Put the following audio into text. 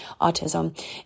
autism